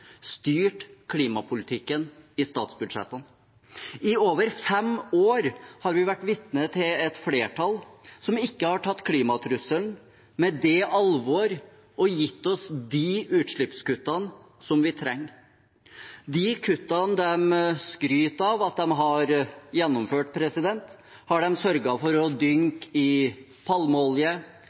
styrt klimapolitikken i statsbudsjettene. I over fem år har vi vært vitne til et flertall som ikke har tatt klimatrusselen på alvor og gitt oss de utslippskuttene vi trenger. De kuttene de skryter av at de har gjennomført, har de sørget for å dynke i palmeolje,